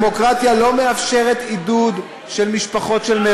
המיעוט יישאר באותו כוח, ללא שום שינוי.